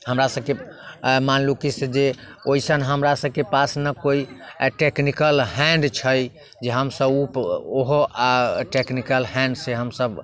हमरा सबके मानि लू की से ओइसन हमरा सबके पास ने कोइ टेकनिक्ल हैंड छै जे हमसब ओहो एकटा टेकनिक्ल हैंड सँ हमसब